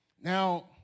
Now